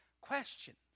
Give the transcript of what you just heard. questions